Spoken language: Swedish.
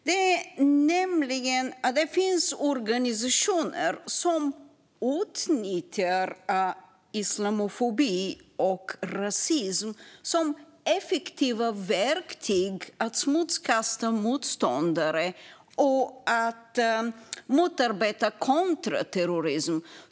Det finns nämligen organisationer som utnyttjar islamofobi och rasism som effektiva verktyg för att smutskasta motståndare och att motarbeta kontraterrorism.